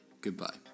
goodbye